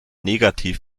negativ